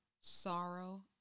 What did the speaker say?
sorrow